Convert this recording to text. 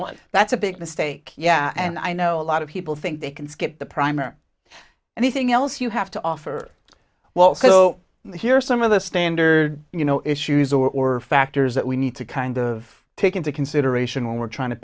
one that's a big mistake yeah and i know a lot of people think they can skip the primer and the thing else you have to offer well so here are some of the standard you know issues or factors that we need to kind of take into consideration when we're trying to